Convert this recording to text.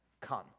come